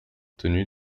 tenu